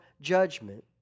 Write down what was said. judgment